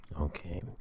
Okay